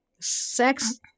sex